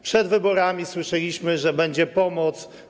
Przed wyborami słyszeliśmy, że będzie pomoc.